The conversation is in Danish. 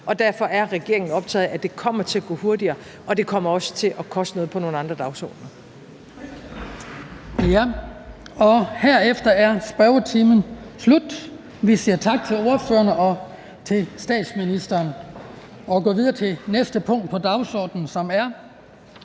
derfor er regeringen optaget af, at det kommer til at gå hurtigere, og det kommer også til at koste noget på nogle andre dagsordener. Kl. 14:43 Den fg. formand (Hans Kristian Skibby): Herefter er spørgetimen slut. Vi siger tak til spørgerne og til statsministeren. --- Det næste punkt på dagsordenen er: